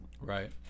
Right